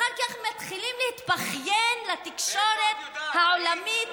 אחר כך מתחילים להתבכיין לתקשורת העולמית